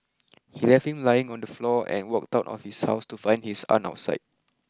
he left him lying on the floor and walked out of his house to find his aunt outside